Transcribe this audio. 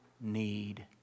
need